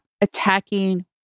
attacking